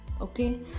Okay